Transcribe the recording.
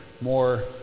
more